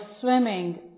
swimming